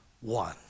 one